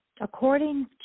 according